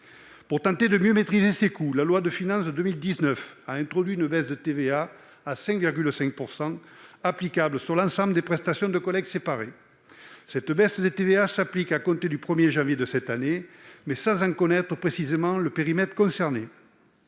Pour tenter de mieux maîtriser ces coûts, la loi de finances pour 2019 a baissé à 5,5 % le taux de TVA applicable sur l'ensemble des prestations de collectes séparées. Cette baisse de TVA s'applique à compter du 1 janvier de cette année, mais on n'en connaît pas précisément le périmètre.